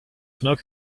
smoke